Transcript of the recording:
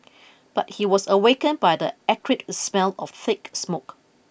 but he was awakened by the acrid smell of thick smoke